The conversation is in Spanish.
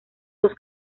los